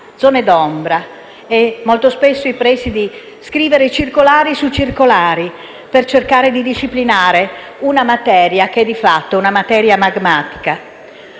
e zone d'ombra molto spesso i presidi scrivere circolari su circolari, per cercare di disciplinare una materia di fatto magmatica.